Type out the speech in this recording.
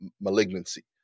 malignancy